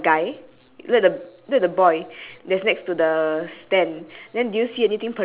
the I mean the that hoop ya there there's a red colour stand right then after that at the bottom its legs three legs right that one